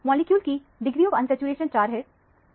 molecule की unsaturation की degree 4 है